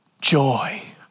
joy